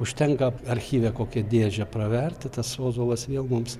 užtenka archyve kokią dėžę praverti tas ozolas vėl mums